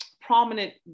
prominent